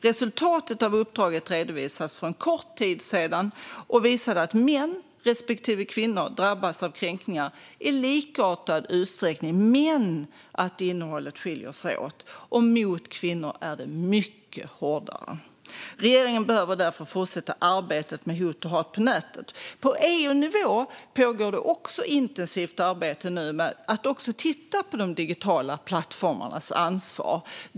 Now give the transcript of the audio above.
Resultatet av uppdraget redovisades för en kort tid sedan och visade att män respektive kvinnor drabbas av kränkningar i likartad utsträckning men att innehållet skiljer sig åt, och mot kvinnor är det mycket hårdare. Regeringen behöver därför fortsätta arbetet mot hot och hat på nätet. På EU-nivå pågår det också intensivt arbete med att titta på de digitala plattformarnas ansvar.